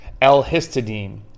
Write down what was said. l-histidine